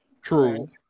True